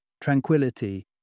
tranquility